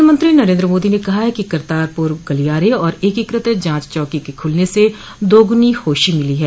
प्रधानमंत्री नरेन्द्र मोदी ने कहा है कि करतारपुर गलियारे और एकीकृत जांच चौकी के खुलने से दोगनी खुशी मिली है